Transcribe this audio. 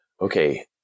okay